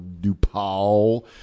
DuPaul